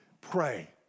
pray